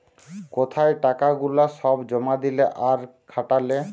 কোথায় টাকা গুলা সব জমা দিলে আর খাটালে